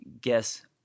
guess